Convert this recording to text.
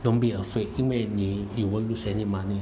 don't be afraid 因为你 you won't lose any money